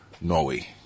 Norway